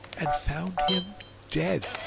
and found him dead.